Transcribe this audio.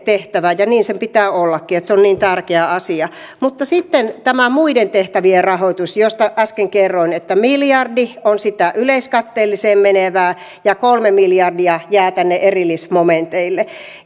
tehtävää ja niin sen pitää ollakin se on niin tärkeä asia mutta sitten on tämä muiden tehtävien rahoitus josta äsken kerroin että miljardi on sitä yleiskatteelliseen menevää ja kolme miljardia jää tänne erillismomenteille